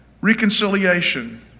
Reconciliation